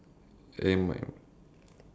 it might